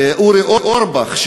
אורי אורבך,